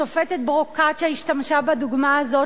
השופטת פרוקצ'יה השתמשה בדוגמה הזאת